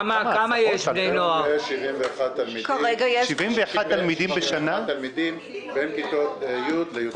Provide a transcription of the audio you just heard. כרגע יש 71 תלמידים בין כיתות י' יג'.